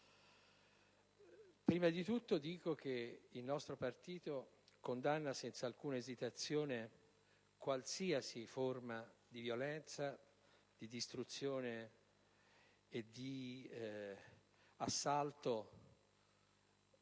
primo luogo, devo dire che il nostro partito condanna senza alcuna esitazione qualsiasi forma di violenza, di distruzione e di assalto